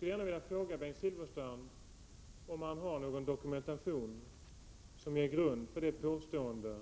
Jag vill fråga Bengt Silfverstrand om han har någon dokumentation som grund för det påstående